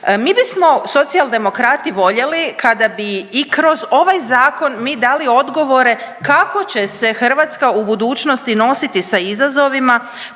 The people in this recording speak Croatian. Mi bismo Socijaldemokrati voljeli kada bi i kroz ovaj zakon mi dali odgovore kako će se Hrvatska u budućnosti nositi sa izazovima